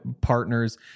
partners